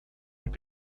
and